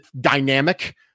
dynamic